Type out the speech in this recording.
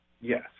Yes